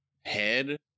head